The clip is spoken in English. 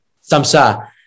samsa